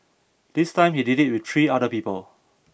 this time he did it with three other people